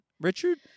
Richard